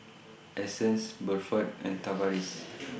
Essence Buford and Tavaris